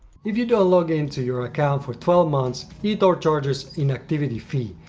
if you don't log into your account for twelve months, etoro charges inactivity fee,